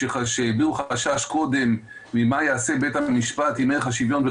שהביעו קודם חשש ממה יעשה בית המשפט עם ערך השוויון,